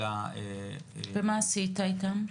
ומה עשית איתם?